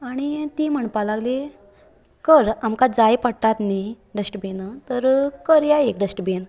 आनी ती म्हणपाक लागली कर आमकां जाय पडटात न्ही डस्टबीन तर करया एक डस्टबीन